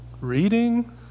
reading